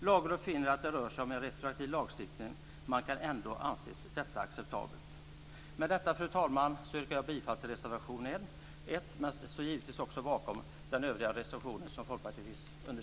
Lagrådet finner att det rör sig om en retroaktiv lagstiftning men kan ändå anse detta acceptabelt. Med detta, fru talman, yrkar jag bifall till reservation 1. Jag står givetvis också bakom den andra reservation som Folkpartiet har skrivit under.